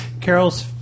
Carol's